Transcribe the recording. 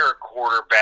quarterback